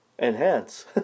Enhance